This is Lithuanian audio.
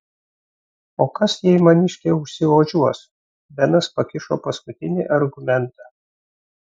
o kas jei maniškė užsiožiuos benas pakišo paskutinį argumentą